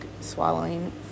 swallowing